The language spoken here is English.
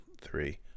three